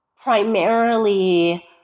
primarily